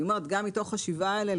גם מתוך השבעה האלה,